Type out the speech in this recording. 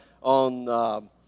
on